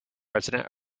president